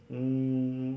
um